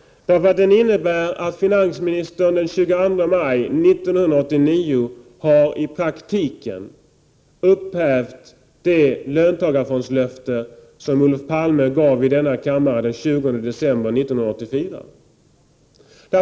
Den innebär att finansministern den 22 maj 1989 i praktiken har Prot. 1988/89:118 upphävt det löntagarfondslöfte som Olof Palme gav i denna kammare den 20 22 maj 1989 december 1984.